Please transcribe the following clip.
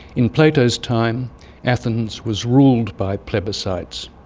in plato's time athens was ruled by plebiscites.